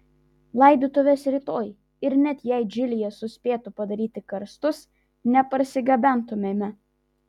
laidotuvės rytoj ir net jei džilyje suspėtų padaryti karstus neparsigabentumėme